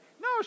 no